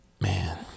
man